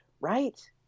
right